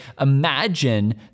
imagine